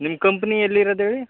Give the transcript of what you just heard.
ನಿಮ್ಮ ಕಂಪ್ನಿ ಎಲ್ಲಿ ಇರೋದು ಹೇಳಿ